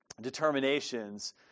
determinations